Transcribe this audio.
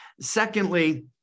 secondly